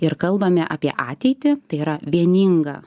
ir kalbame apie ateitį tai yra vieninga